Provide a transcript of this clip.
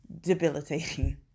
debilitating